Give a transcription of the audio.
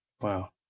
Wow